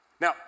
Now